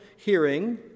hearing